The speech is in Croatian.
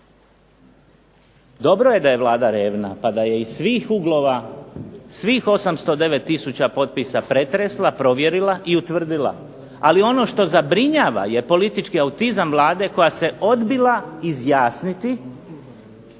Dobro je da je Vlada revna pa da je iz svih uglova, svih 809 tisuća potpisa pretresla, provjerila i utvrdila, ali ono što zabrinjava je politički autizam Vlade koja se odbila izjasniti